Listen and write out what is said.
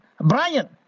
Brian